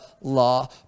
law